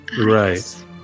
right